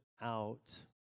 out